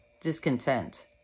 discontent